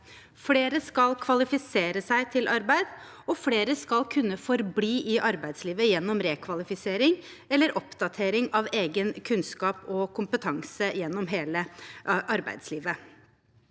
Flere skal kvalifisere seg til arbeid, og flere skal kunne forbli i arbeidslivet gjennom rekvalifisering eller oppdatering av egen kunnskap og kompetanse gjennom hele arbeidslivet.